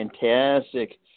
Fantastic